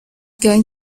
going